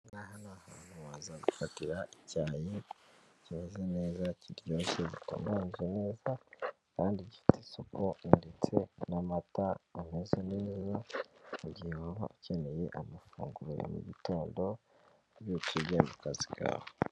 Aha ngaha ni ahantu waza ugufatira icyayi kimeze neza, kiryoshye, gitunganyije neza kandi gifite isuku ndetse n'amata ameze neza mu gihe waba ukeneye amafunguro ya mu gitondo, ubyutse ugiye mu kazi kawe.